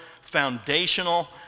foundational